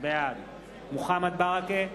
בעד מוחמד ברכה,